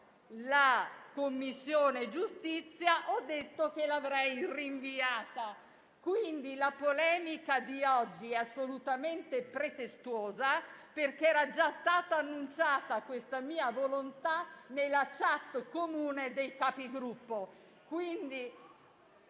la Commissione giustizia, ho detto che l'avrei rinviata. Quindi, la polemica di oggi è assolutamente pretestuosa, perché era già stata annunciata la mia volontà nella *chat* comune dei Capigruppo.